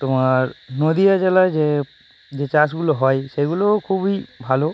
তোমার নদিয়া জেলায় যে যে চাষগুলো হয় সেগুলোও খুবই ভালো